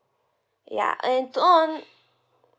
ya and to on